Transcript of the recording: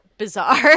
bizarre